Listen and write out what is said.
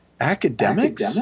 academics